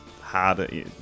harder